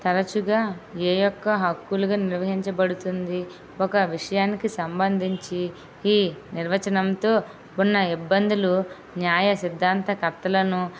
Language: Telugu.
తరచుగా ఏ ఒక్క హక్కులుగా నిర్వహించబడుతుంది ఒక విషయానికి సంబంధించి ఈ నిర్వచనంతో ఉన్న ఇబ్బందులు న్యాయ సిద్ధాంతకర్తలను